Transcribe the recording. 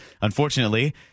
Unfortunately